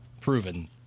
proven